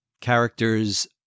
character's